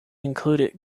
included